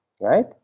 right